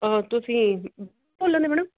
ਤੁਸੀਂ ਮੈਡਮ